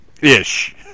Ish